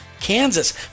kansas